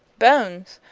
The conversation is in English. bones!